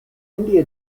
india